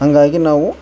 ಹಂಗಾಗಿ ನಾವು